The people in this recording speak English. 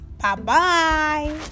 Bye-bye